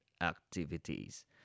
activities